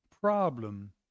problem